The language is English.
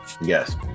Yes